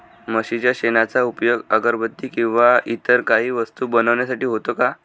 म्हशीच्या शेणाचा उपयोग अगरबत्ती किंवा इतर काही वस्तू बनविण्यासाठी होतो का?